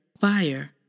fire